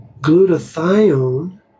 glutathione